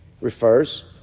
refers